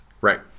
Right